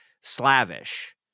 slavish